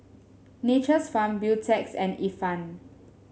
Nature's Farm Beautex and Ifan